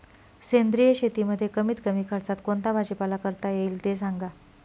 सेंद्रिय शेतीमध्ये कमीत कमी खर्चात कोणता भाजीपाला करता येईल ते सांगा